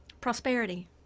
Prosperity